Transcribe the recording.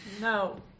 No